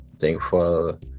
Thankful